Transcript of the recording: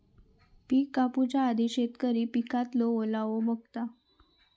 पिक कापूच्या आधी शेतकरी पिकातलो ओलावो बघता